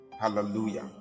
Hallelujah